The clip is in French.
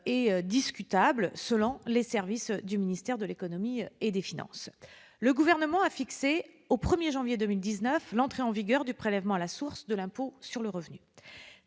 « discutable », selon les services du ministère de l'économie et des finances. Le Gouvernement a fixé au 1janvier 2019 l'entrée en vigueur du prélèvement à la source de l'impôt sur le revenu.